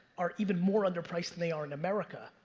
are even more under-priced than they are in america.